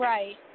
Right